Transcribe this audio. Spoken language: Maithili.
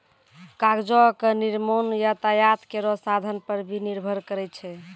कागजो क निर्माण यातायात केरो साधन पर भी निर्भर करै छै